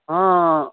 ହଁ